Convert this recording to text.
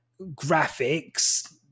graphics